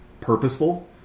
purposeful